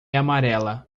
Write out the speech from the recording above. amarela